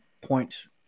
points